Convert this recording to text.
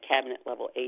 cabinet-level